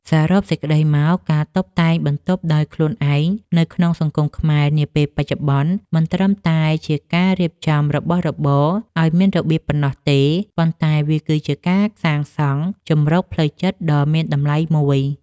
សរុបសេចក្ដីមក ការតុបតែងបន្ទប់ដោយខ្លួនឯងនៅក្នុងសង្គមខ្មែរនាពេលបច្ចុប្បន្ន មិនត្រឹមតែជាការរៀបចំរបស់របរឱ្យមានរបៀបប៉ុណ្ណោះទេ ប៉ុន្តែវាគឺជាការសាងសង់ជម្រកផ្លូវចិត្តដ៏មានតម្លៃមួយ។